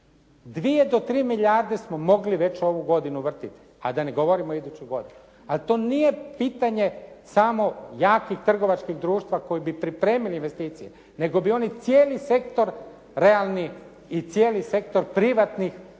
do tri milijarde smo mogli već ovu godinu vrtjeti, a da ne govorim o idućoj godini. Ali to nije pitanje samo jakih trgovačkih društava koji bi pripremili investicije, nego bi oni cijeli sektor realni i cijeli sektor privatnih